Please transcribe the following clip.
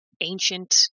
ancient